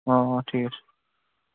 অ অ ঠিক আছে